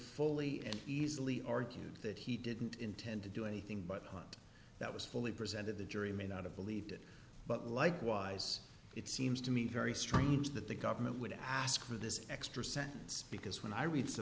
fully and easily argue that he didn't intend to do anything but that was fully presented the jury may not of believed it but likewise it seems to me very strange that the government would ask for this extra sentence because when i reach the